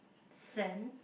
sand